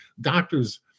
doctors